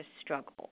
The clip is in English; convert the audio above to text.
struggle